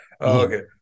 okay